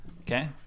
Okay